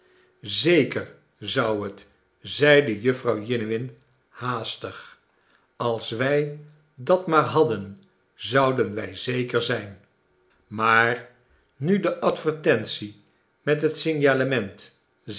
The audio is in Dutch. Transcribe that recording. zeker zou het zeide jufvrouw jiniwinhaastig als wij dat maar hadden zouden wij zeker zijn maar nu de advertentie met het signalement